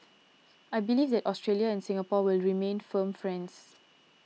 I believe that Australia and Singapore will remain firm friends